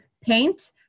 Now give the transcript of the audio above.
paint